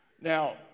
now